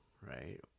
right